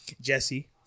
Jesse